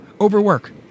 Overwork